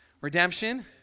Redemption